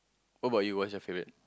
what about you what's your favorite